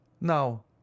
Now